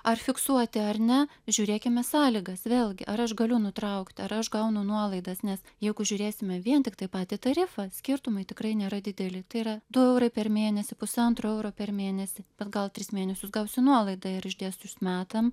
ar fiksuoti ar ne žiūrėkime sąlygas vėlgi ar aš galiu nutraukti ar aš gaunu nuolaidas nes jeigu žiūrėsime vien tiktai patį tarifą skirtumai tikrai nėra dideli tai yra du eurai per mėnesį pusantro euro per mėnesį bet gal tris mėnesius gausiu nuolaidą ir išdėsčius metam